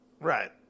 Right